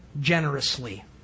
generously